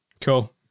Cool